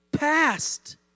Past